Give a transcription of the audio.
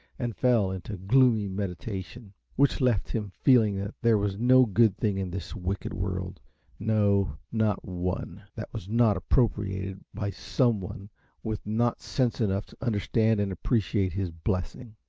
and fell into gloomy meditation, which left him feeling that there was no good thing in this wicked world no, not one that was not appropriated by some one with not sense enough to understand and appreciate his blessing.